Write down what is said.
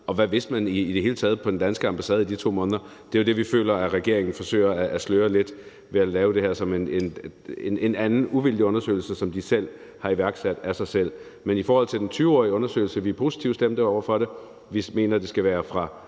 og hvad man i det hele taget vidste på den danske ambassade i de 2 måneder. Det er jo det, vi føler regeringen forsøger at sløre lidt ved at lave det her som en anden uvildig undersøgelse, som de selv har iværksat, af sig selv. Men i forhold til 20-årsundersøgelsen er vi positivt stemt over for det. Vi mener, at det skal være fra